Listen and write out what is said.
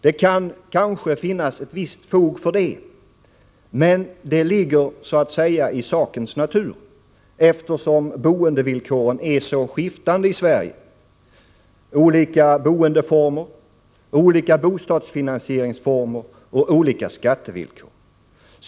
Det kan finnas visst fog för det, men det ligger så att säga i sakens natur, eftersom boendevillkoren är så skiftande i Sverige — olika boendeformer, olika bostadsfinansieringsformer och olika skattevillkor.